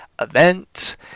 event